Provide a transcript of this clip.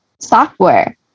software